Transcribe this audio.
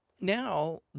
Now